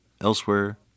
elsewhere